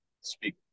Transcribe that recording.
speak